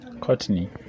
Courtney